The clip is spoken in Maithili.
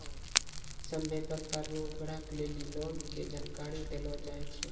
सभ्भे प्रकार रो ग्राहक लेली लोन के जानकारी देलो जाय छै